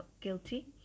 guilty